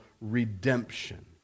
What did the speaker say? redemption